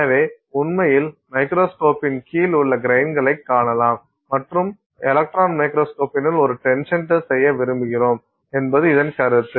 எனவே உண்மையில் மைக்ரோஸ்கோப்பின் கீழ் உள்ள கிரைன்களைக் காணலாம் மற்றும் எலக்ட்ரான் மைக்ரோஸ்கோபினுள் ஒரு டென்ஷன் டெஸ்ட் செய்ய விரும்புகிறோம் என்பது இதன் கருத்து